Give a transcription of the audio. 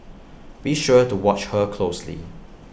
be sure to watch her closely